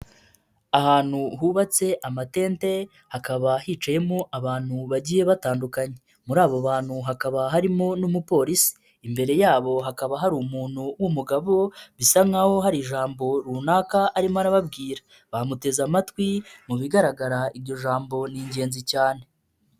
Ahantu hubatse amatente, hakaba hicayemo abantu bagiye batandukanye, muri abo bantu hakaba harimo n'umupolisi, imbere yabo hakaba hari umuntu w'umugabo, bisa naho hari ijambo runaka arimo arababwira bamuteze amatwi, mu bigaragara iryo jambo ni ingenzi cyane.